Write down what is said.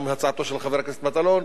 גם הצעתו של חבר הכנסת מטלון,